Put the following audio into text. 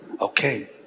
Okay